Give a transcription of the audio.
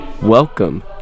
Welcome